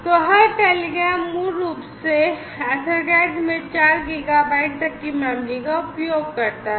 तो हर टेलीग्राम मूल रूप से एथरकट में 4 गीगाबाइट तक की मेमोरी का उपयोग करता है